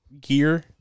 gear